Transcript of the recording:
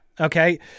Okay